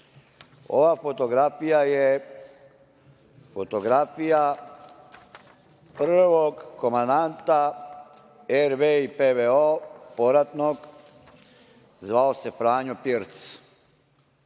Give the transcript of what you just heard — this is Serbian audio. fotografija je fotografija prvog komandanta RV i PVO povratnog, zvao se Franjo Pirc.